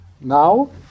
now